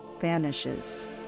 vanishes